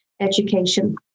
education